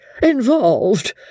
Involved